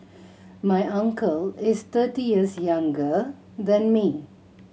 my uncle is thirty years younger than me